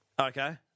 Okay